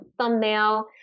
thumbnail